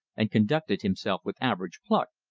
and conducted himself with average pluck.